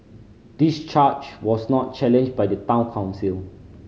this charge was not challenged by the Town Council